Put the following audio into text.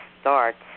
starts